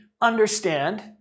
understand